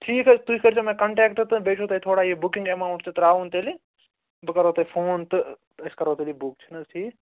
ٹھیٖک حظ تُہۍ کٔرۍزیو مےٚ کَنٹیکٹ تہٕ بیٚیہِ چھُو تۄہہِ تھوڑا یہِ بُکِنٛگ اٮ۪ماوُنٛٹ تہِ ترٛاوُن تیٚلہِ بہٕ کرو تۄہہِ فون تہٕ أسۍ کرو تیٚلہِ یہِ بُک چھِنہٕ حظ ٹھیٖک